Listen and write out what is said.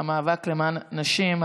המאבק למען נשים,